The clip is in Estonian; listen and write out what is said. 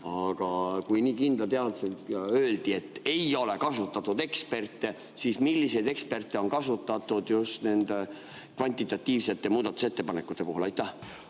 Aga kui nii kindla teadmisega öeldi, et ei ole kasutatud eksperte, siis milliseid eksperte on kasutatud just nende kvantitatiivsete muudatusettepanekute puhul?